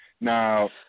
Now